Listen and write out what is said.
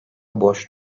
boş